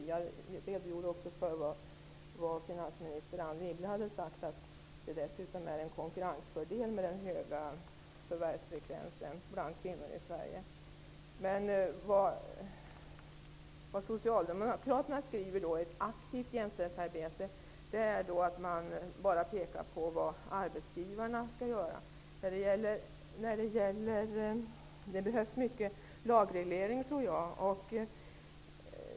Jag redogjorde också för finansminister Anne Wibbles uttalande om att den höga förvärvsfrekvensen bland kvinnor i Sverige dessutom är en konkurrensfördel. När Socialdemokraterna i sina skrivningar talar om ett aktivt jämställdhetsarbete pekar man bara på vad arbetsgivarna skall göra. Jag tror att det behövs mycket på lagregleringens område.